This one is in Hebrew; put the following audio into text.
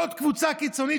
לא עוד קבוצה קיצונית,